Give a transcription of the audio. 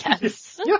Yes